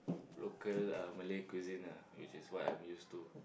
local uh Malay cuisine ah which is what I'm used to